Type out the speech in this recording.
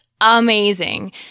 amazing